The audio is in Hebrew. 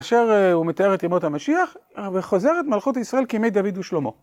כאשר הוא מתאר את ימות המשיח וחוזה את מלכות ישראל כימי דוד ושלמה.